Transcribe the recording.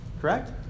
Correct